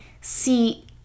see